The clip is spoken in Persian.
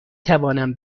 توانم